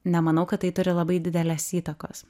nemanau kad tai turi labai didelės įtakos